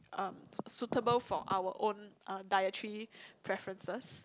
um suitable for our own uh dietary preferences